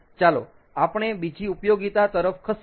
ચાલો આપણે બીજી ઉપયોગીતા તરફ ખસીએ